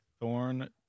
thorn